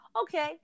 Okay